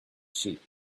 sheep